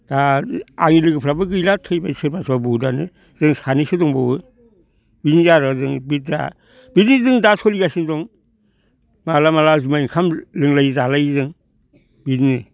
दा आंनि लोगोफ्राबो गैला थैबाय सोरबा सोरबा बुहुदआनो जों सानैसो दंबावो बिनि आरो बि दा बिदि जों दा सोलिगासिनो दं माब्लाबा माब्लाबा जुमाय ओंखाम लोंलायो जालायो जों बिदिनो